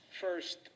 first